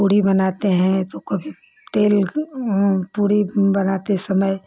पूड़ी बनाते हैं तो कभी तेल पूड़ी बनाते समय